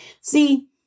See